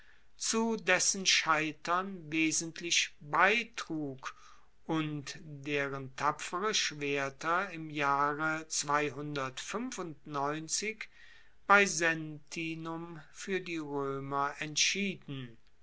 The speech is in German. zu dessen scheitern wesentlich beitrug und deren tapfere schwerter im jahre bei sentinum fuer die roemer entschieden